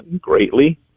greatly